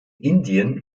indien